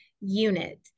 unit